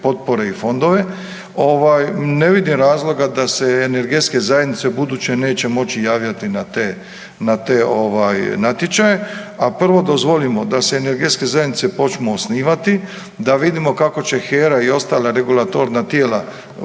potpore i fondove. Ovaj ne vidim razloga da se energetske zajednice ubuduće neće moći javljati na te, na te ovaj natječaje, a prvo dozvolimo da se energetske zajednice počnu osnivati, da vidimo kako će HER-a i ostala regulatorna tijela